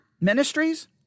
ministries